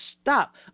Stop